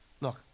look